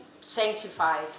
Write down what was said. Sanctified